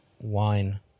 Wine